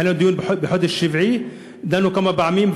היה לנו דיון בחודש יולי, דנו כמה פעמים.